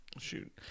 Shoot